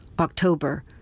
October